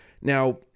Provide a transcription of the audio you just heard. Now